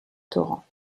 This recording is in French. torrents